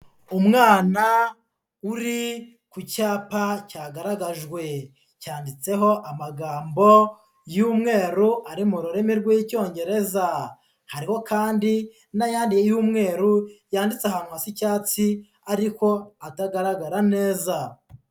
Umwana uri ku cyapa cyagaragajwe cyanditseho amagambo y'umweru ari mu rurimi rw'Icyongereza, hariho kandi n'ayandi y'umweru yanditse ahantu hasa icyatsi ariko atagaragara neza.